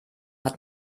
hat